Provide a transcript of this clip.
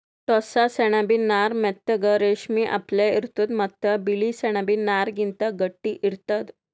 ಟೋಸ್ಸ ಸೆಣಬಿನ್ ನಾರ್ ಮೆತ್ತಗ್ ರೇಶ್ಮಿ ಅಪ್ಲೆ ಇರ್ತದ್ ಮತ್ತ್ ಬಿಳಿ ಸೆಣಬಿನ್ ನಾರ್ಗಿಂತ್ ಗಟ್ಟಿ ಇರ್ತದ್